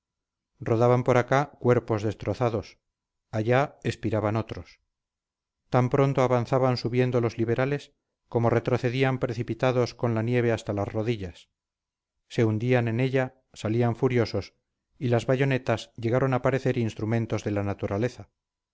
rodaban por acá cuerpos destrozados allá espiraban otros tan pronto avanzaban subiendo los liberales como retrocedían precipitados con la nieve hasta las rodillas se hundían en ella salían furiosos y las bayonetas llegaron a parecer instrumentos de la naturaleza